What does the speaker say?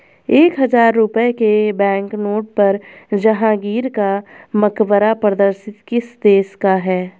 एक हजार रुपये के बैंकनोट पर जहांगीर का मकबरा प्रदर्शित किस देश का है?